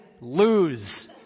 lose